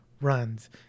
runs